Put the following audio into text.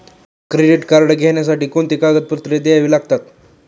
Credit card घेण्यासाठी कोणती कागदपत्रे घ्यावी लागतात?